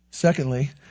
Secondly